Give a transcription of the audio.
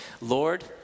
Lord